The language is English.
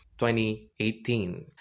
2018